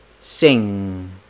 sing